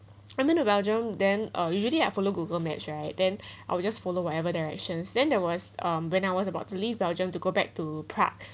I went to belgium and uh usually I follow google maps right then I will just follow whatever directions then there was um I was about to leave belgium to go back to prague